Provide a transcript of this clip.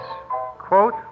quote